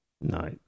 No